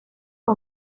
ngo